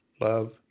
Love